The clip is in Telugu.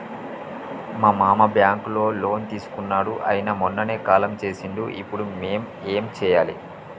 మా మామ బ్యాంక్ లో లోన్ తీసుకున్నడు అయిన మొన్ననే కాలం చేసిండు ఇప్పుడు మేం ఏం చేయాలి?